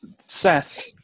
Seth